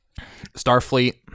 starfleet